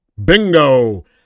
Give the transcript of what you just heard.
Bingo